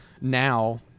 now